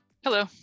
Hello